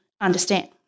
understand